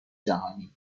جهانی